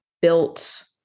built